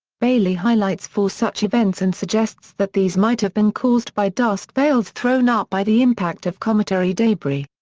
baillie highlights four such events and suggests that these might have been caused by the dust veils thrown up by the impact of cometary debris.